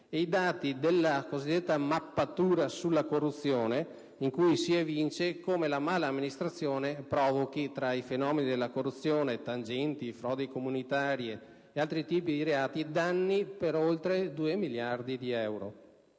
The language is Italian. e dai dati della cosiddetta mappatura sulla corruzione si evince come la mala amministrazione provochi tra corruzione, tangenti, frodi comunitarie e altre tipologie di reati danni per oltre due miliardi di euro;